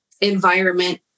environment